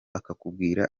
akakubwira